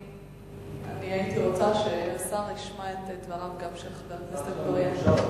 אני הייתי רוצה שהשר ישמע גם את דבריו של חבר הכנסת אגבאריה.